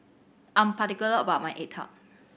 I'm particular about my egg tart